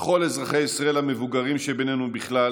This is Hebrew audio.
וכל אזרחי ישראל המבוגרים שבינינו בכלל